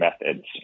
methods